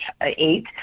eight